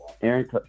Aaron